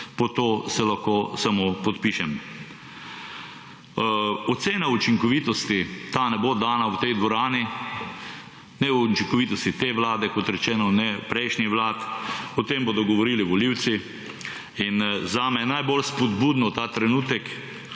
Pod to se lahko samo podpišem. Ocena učinkovitosti, ta ne bo dana v tej dvorani, ne o učinkovitosti te vlade, kot rečeno, ne prejšnjih vlad, o tem bodo govorili volivci. In zame je najbolj spodbudno ta trenutek,